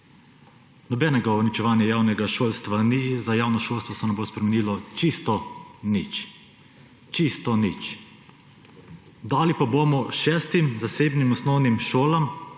Nobenega uničevanja javnega šolstva ni. Za javno šolstvo se ne bo spremenilo čisto nič. Čisto nič. Dali pa bomo šestim zasebnim osnovnim šolam